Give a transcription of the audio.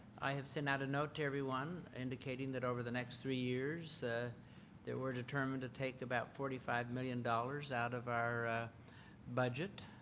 i have sent out a note to everyone indicating that over the next three years they we're determined to take about forty five million dollars out of our budget